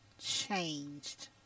Changed